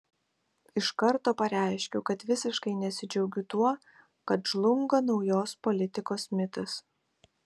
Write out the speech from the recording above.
iš karto pareiškiu kad visiškai nesidžiaugiu tuo kad žlunga naujos politikos mitas